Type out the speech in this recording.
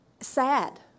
sad